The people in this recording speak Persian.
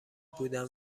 بودن